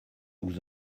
vous